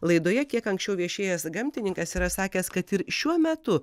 laidoje kiek anksčiau viešėjęs gamtininkas yra sakęs kad ir šiuo metu